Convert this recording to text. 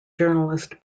journalist